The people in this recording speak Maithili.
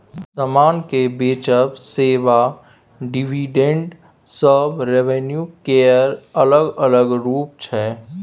समान केँ बेचब, सेबा, डिविडेंड सब रेवेन्यू केर अलग अलग रुप छै